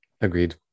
agreed